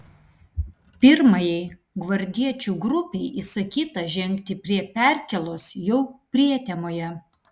pirmajai gvardiečių grupei įsakyta žengti prie perkėlos jau prietemoje